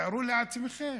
תארו לעצמכם.